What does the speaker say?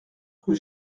rue